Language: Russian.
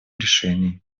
решений